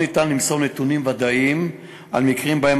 אין אפשרות למסור נתונים ודאיים על מקרים שבהם